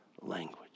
language